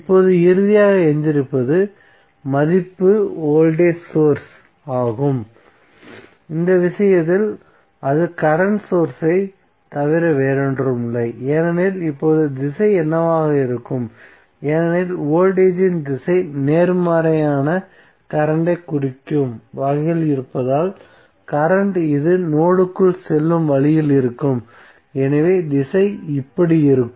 இப்போது இறுதியாக எஞ்சியிருப்பது மதிப்பு வோல்டேஜ் சோர்ஸ் ஆகும் இந்த விஷயத்தில் அது கரண்ட் சோர்ஸ் ஐத் தவிர வேறொன்றுமில்லை ஏனெனில் இப்போது திசை என்னவாக இருக்கும் ஏனெனில் வோல்டேஜ் இன் திசை நேர்மறையான கரண்ட் ஐக் கொடுக்கும் வகையில் இருப்பதால் கரண்ட் இது நோட்க்குள் செல்லும் வழியில் இருக்கும் எனவே திசை இப்படி இருக்கும்